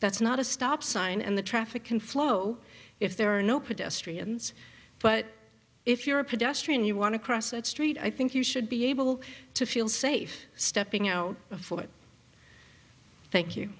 that's not a stop sign and the traffic can flow if there are no pedestrians but if you're a pedestrian you want to cross a street i think you should be able to feel safe stepping out of foot thank you